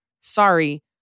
sorry